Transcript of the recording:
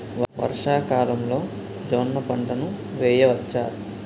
వర్షాకాలంలో జోన్న పంటను వేయవచ్చా?